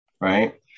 right